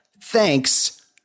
Thanks